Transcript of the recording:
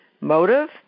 motive